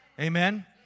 Amen